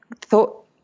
thought